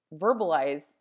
verbalize